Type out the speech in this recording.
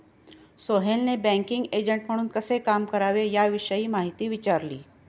सोहेलने banking agent म्हणून कसे काम करावे याविषयी माहिती विचारली